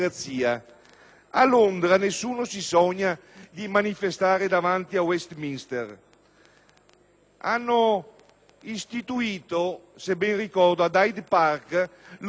Hanno istituito - se ben ricordo - ad Hyde Park lo *Speakers' corner*, dove chi vuole può sfogarsi liberamente, tranne contro la Regina.